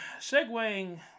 segueing